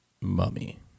mummy